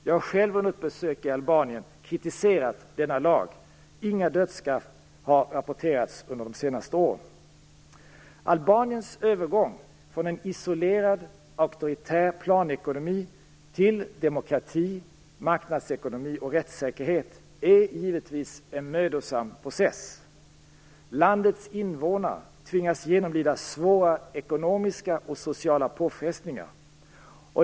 Jag har själv under ett besök i Albanien kritiserat denna lag. Inga dödsstraff har rapporterats under de senaste åren. Albaniens övergång från en isolerad, auktoritär planekonomi till demokrati, marknadsekonomi och rättssäkerhet är givetvis en mödosam process. Landets invånare tvingas genomlida svåra ekonomiska och sociala påfrestningar.